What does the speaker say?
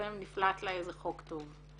ולפעמים נפלט לכנסת איזה חוק טוב.